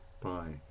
Bye